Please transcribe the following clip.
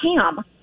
ham